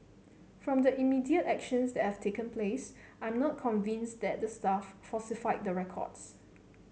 from the immediate actions that have taken place I am not convinced that the staff falsified the records